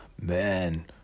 Man